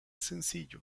sencillo